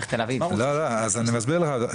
אז אני מסביר לך,